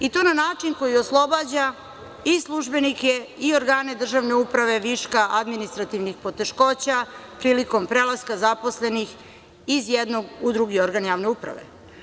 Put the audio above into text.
I to na način koji oslobađa i službenike i organe državne uprave viška administrativnih poteškoća prilikom prelaska zaposlenih iz jednog u drugi organ javne uprave.